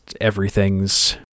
everything's